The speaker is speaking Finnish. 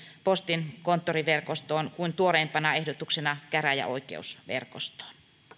postin konttoriverkostoon kuin tuoreimpana ehdotuksena käräjäoikeusverkostoon